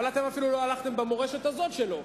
אבל אתם אפילו לא הלכתם במורשת הזאת שלו.